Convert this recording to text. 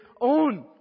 own